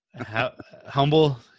humble